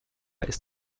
ist